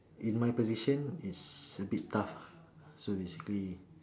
in my position is a bit tough lah so basically